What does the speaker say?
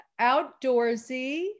outdoorsy